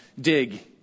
dig